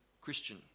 christian